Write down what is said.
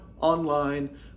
online